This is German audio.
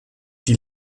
die